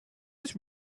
was